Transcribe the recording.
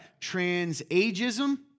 Transageism